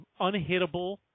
unhittable